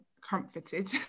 comforted